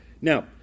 Now